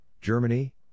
Germany